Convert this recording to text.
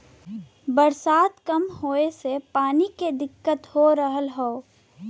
बरसात कम होए से पानी के दिक्कत हो रहल हौ